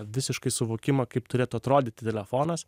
visiškai suvokimą kaip turėtų atrodyti telefonas